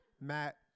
Matt